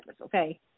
Okay